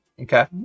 Okay